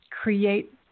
Create